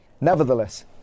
Nevertheless